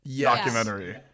documentary